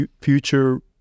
future